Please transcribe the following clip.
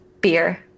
beer